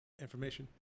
information